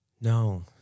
No